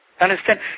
Understand